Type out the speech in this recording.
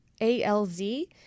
A-L-Z